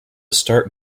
start